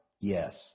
yes